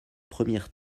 premières